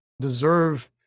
deserve